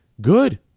Good